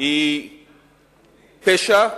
היא פשע,